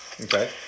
Okay